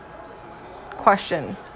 question